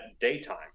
daytime